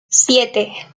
siete